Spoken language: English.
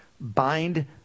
Bind